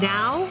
Now